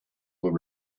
were